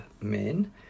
men